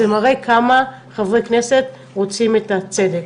זה מראה כמה חברי כנסת רוצים את הצדק.